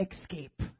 escape